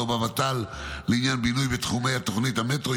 או בוות"ל לעניין בינוי בתחומי תוכנית המטרו,